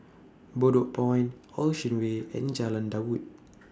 Bedok Point Ocean Way and Jalan Daud